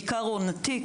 בעיקר עונתי,